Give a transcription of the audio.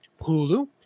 Hulu